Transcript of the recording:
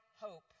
hope